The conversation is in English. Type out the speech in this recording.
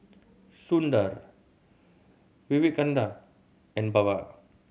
Sundar Vivekananda and Baba